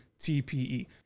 TPE